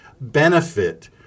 benefit